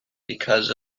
because